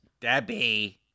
Debbie